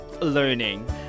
learning